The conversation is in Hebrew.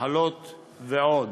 מחלות ועוד.